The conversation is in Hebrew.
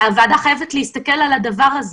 והוועדה חייבת להסתכל על הדבר הזה.